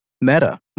Meta